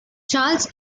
charles